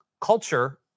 Culture